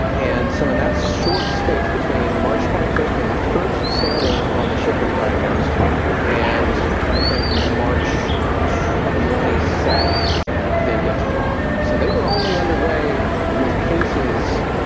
and so in that short space between march twenty first, when the first sailor on the ship was diagnosed and i think march one, a seven as they get to guam. so they were only underway with cases